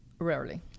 Rarely